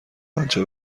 آنچه